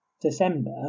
December